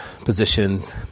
positions